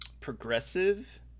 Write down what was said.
progressive